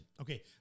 Okay